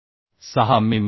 6 मि